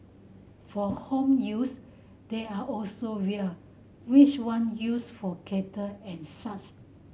for home use there are also vial which you use for kettle and such